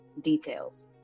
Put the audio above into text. details